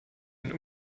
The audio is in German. ein